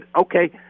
okay